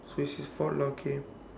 so she fall okay